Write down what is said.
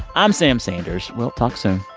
i'm sam sanders. we'll talk soon